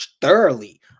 thoroughly